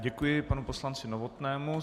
Děkuji panu poslanci Novotnému.